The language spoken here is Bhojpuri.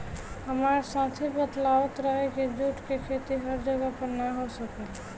हामार साथी बतलावत रहे की जुट के खेती हर जगह पर ना हो सकेला